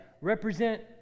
represent